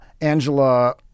Angela